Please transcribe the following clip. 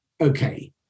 Okay